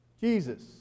Jesus